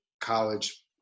college